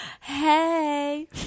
Hey